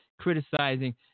criticizing